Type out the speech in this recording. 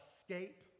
escape